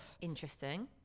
Interesting